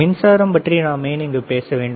மின்சாரம் பற்றி நாம் ஏன் இங்கு பேச வேண்டும்